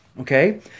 okay